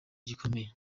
gikomeye